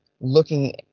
looking